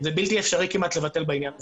זה בלתי אפשרי כמעט לבטל בעניין הזה.